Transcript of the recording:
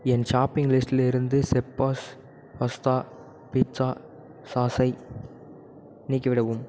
என் shopping லிஸ்டிலிருந்து செப்பாஸ் pasta pizza சாஸை நீக்கிவிடவும்